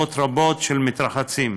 רבבות רבות של מתרחצים,